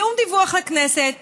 בשום דיווח לכנסת,